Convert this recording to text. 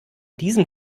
diesem